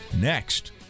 next